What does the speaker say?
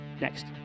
next